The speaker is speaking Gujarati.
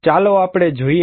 ચાલો આપણે અહીં જોઈએ